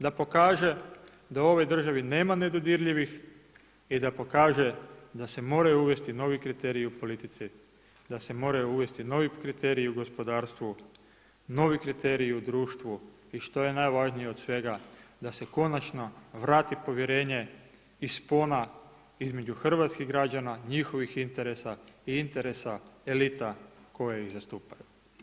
Da pokaže, da u ovoj državi nema nedodirljivih i da pokaže da se moraju uvesti novi kriteriji u politici, da se moraju uvesti novi kriteriji u gospodarstvu, novi kriteriji u društvu i što je najvažnije od svega, da se konačno vrati povjerenje iz spona između hrvatskih građana, njihovih interesa i interesa elita koje ih zastupaju.